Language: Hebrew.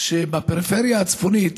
שבפריפריה הצפונית,